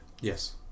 Yes